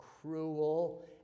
cruel